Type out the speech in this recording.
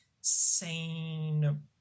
sane